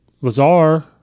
Lazar